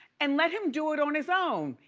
and let him do it on his own.